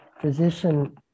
physician